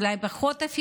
אולי אפילו פחות,